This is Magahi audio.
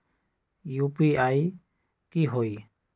यू.पी.आई की होई?